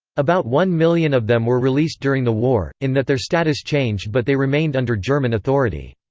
about one million of them were released during the war, in that their status changed but they remained under german authority.